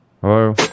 Hello